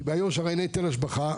כי אין היטל השבחה,